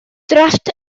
drafft